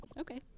Okay